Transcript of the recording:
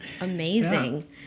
Amazing